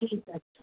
ঠিক আছে